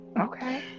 Okay